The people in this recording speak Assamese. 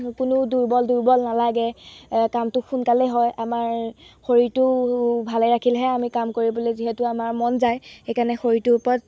কোনো দুৰ্বল দুৰ্বল নালাগে কামটো সোনকালেই হয় আমাৰ শৰীৰটো ভালে ৰাখিলেহে আমি কাম কৰিবলৈ যিহেতু আমাৰ মন যায় সেইকাৰণে শৰীৰটোৰ ওপৰত